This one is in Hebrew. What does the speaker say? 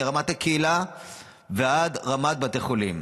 מרמת הקהילה ועד רמת בתי החולים.